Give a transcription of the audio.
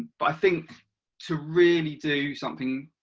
but i think to really do something